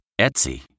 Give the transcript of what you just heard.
Etsy